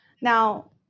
Now